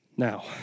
now